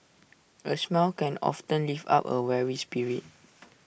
A smile can often lift up A weary spirit